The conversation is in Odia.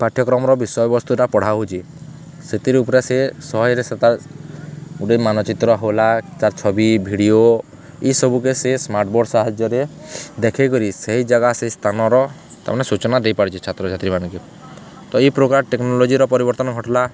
ପାଠ୍ୟକ୍ରମର ବିଷୟବସ୍ତୁଟା ପଢ଼ା ହେଉଛେ ସେଥିର୍ ଉପ୍ରେ ସେ ସହଜ୍ରେ ସେ ତା'ର୍ ଗୁଟେ ମାନଚିତ୍ର ହେଲା ତା'ର୍ ଛବି ଭିଡ଼ିଓ ଇ ସବୁକେ ସେ ସ୍ମାର୍ଟବୋର୍ଡ଼ ସାହାଯ୍ୟରେ ଦେଖେଇକରି ସେହି ଜାଗା ସେ ସ୍ଥାନର ତା'ର୍ମାନେ ସୂଚନା ଦେଇପାରିଛେ ଛାତ୍ରଛାତ୍ରୀ ମାନ୍ଙ୍କୁ ତ ଇ ପ୍ରକାର୍ ଟେକ୍ନୋଲୋଜିର ପରିବର୍ତ୍ତନ୍ ଘଟ୍ଲା